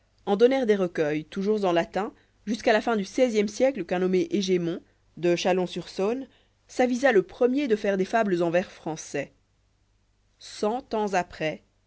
en donnèrent des recueils toujours en latin jusqu'à la fin du seizième siècle qu'un nommé hégémon de ghâlons sur saone s'avisa le premier de faire des fables en vers français cent ans après